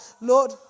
Lord